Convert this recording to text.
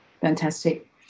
Fantastic